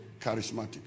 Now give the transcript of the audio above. charismatic